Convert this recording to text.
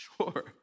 sure